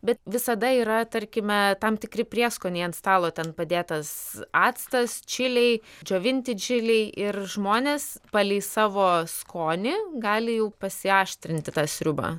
bet visada yra tarkime tam tikri prieskoniai ant stalo ten padėtas actas čiliai džiovinti čiliai ir žmonės palei savo skonį gali jau pasiaštrinti tą sriubą